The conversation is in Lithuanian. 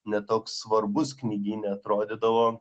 ne toks svarbus knygyne atrodydavo